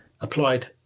applied